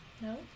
No